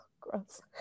gross